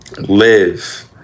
live